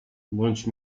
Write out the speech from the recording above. bądź